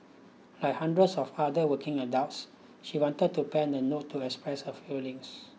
like hundreds of other working adults she wanted to pen a note to express her feelings